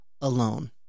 alone